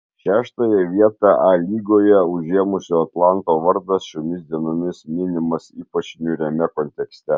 šeštąją vietą a lygoje užėmusio atlanto vardas šiomis dienomis minimas ypač niūriame kontekste